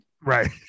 right